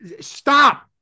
Stop